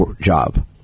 job